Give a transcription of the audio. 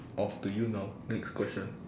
off to you now next question